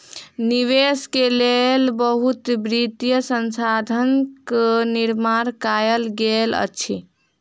निवेश के लेल बहुत वित्तीय संस्थानक निर्माण कयल गेल अछि